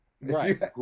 Right